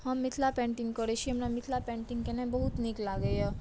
हम मिथिला पेन्टिंग करैत छी हमरा मिथिला पेन्टिंग केनाइ बहुत नीक लागैए